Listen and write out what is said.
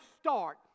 start